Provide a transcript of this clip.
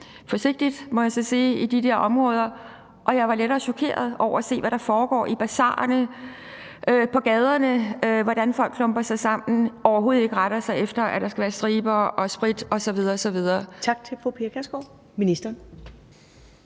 forsigtigt, må jeg så sige – de der områder, og jeg var lettere chokeret over at se, hvad der foregår i basarerne, på gaderne, hvordan folk klumper sig sammen og overhovedet ikke retter sig efter, at der skal være striber og sprit osv. osv.